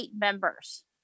members